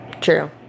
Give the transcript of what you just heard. True